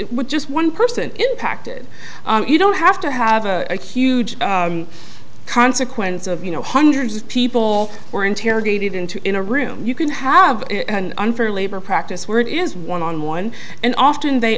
with just one person impacted you don't have to have a huge consequence of you know hundreds of people were interrogated in two in a room you can have an unfair labor practice where it is one on one and often they